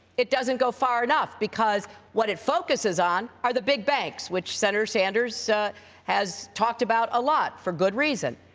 it doesn't go far enough, because what it focuses on are the big banks, which senator sanders has talked about a lot, for good reason.